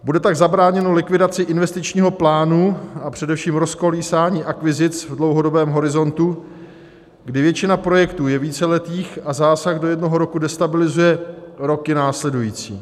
Bude tak zabráněno likvidaci investičního plánu a především rozkolísání akvizic v dlouhodobém horizontu, kdy většina projektů je víceletých a zásah do jednoho roku destabilizuje roky následující.